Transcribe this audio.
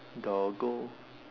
dog go